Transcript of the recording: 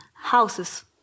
houses